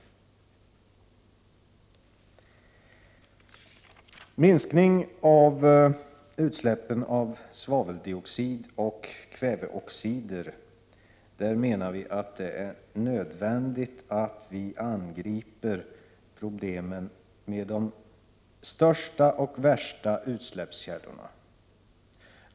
När det gäller minskning av utsläppen av svaveldioxider och kväveoxider anser vi att det är nödvändigt att vi angriper problemen med de största och värsta utsläppskällorna.